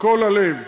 מכל הלב,